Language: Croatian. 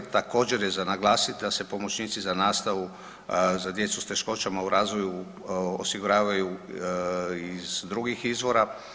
Također je za naglasit da se pomoćnici za nastavu za djecu s teškoćama u razvoju osiguravaju iz drugih izvora.